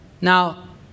Now